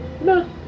No